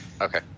Okay